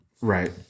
Right